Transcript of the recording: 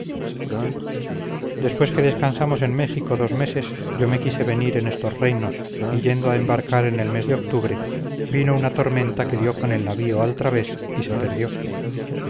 después que descansamos en méjico dos meses yo me quise venir en estos reinos y yendo a embarcar en el mes de octubre vino una tormenta que dio con el navío al través y se perdió